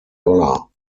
dollar